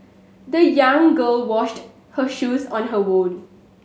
the young girl washed her shoes on her own